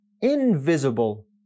invisible